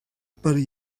per